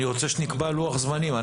אני רוצה שנקבע לוח זמנים.